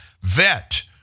Vet